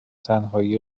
تنهایی